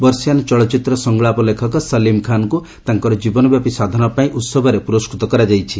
ବର୍ଷୀଆନ ଚଳଚ୍ଚିତ୍ର ସଂଳାପ ଲେଖକ ସଲିମ୍ ଖାନଙ୍କ ତାଙ୍କର ଜୀବନ ବ୍ୟାପୀ ସାଧନା ପାଇଁ ଉହବରେ ପୁରସ୍କୃତ କରାଯିବ